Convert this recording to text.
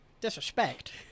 Disrespect